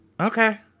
Okay